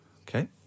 Okay